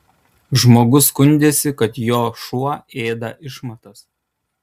žmogus skundėsi kad jo šuo ėda išmatas